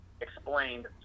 explained